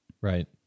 Right